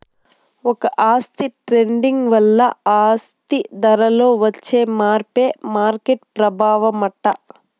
ఒక ఆస్తి ట్రేడింగ్ వల్ల ఆ ఆస్తి ధరలో వచ్చే మార్పే మార్కెట్ ప్రభావమట